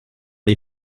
les